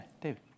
David